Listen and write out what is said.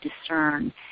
discern